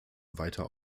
weiter